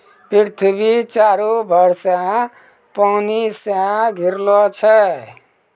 पृथ्वी चारु भर से पानी से घिरलो छै